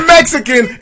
Mexican